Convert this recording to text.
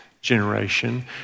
generation